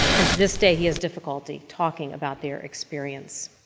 and to this day he his difficulty talking about their experience.